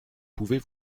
pouvez